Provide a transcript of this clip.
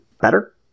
better